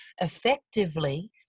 effectively